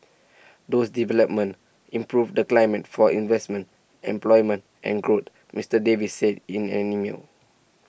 those developments improve the climate for investment employment and growth Mister Davis said in an email